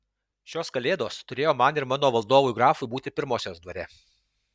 šios kalėdos turėjo man ir mano valdovui grafui būti pirmosios dvare